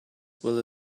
will